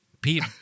Pete